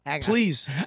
Please